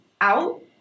out